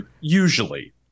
usually